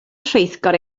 rheithgor